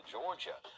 Georgia